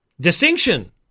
distinction